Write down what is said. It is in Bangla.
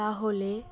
তাহলে